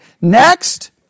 Next